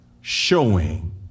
showing